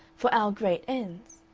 for our great ends.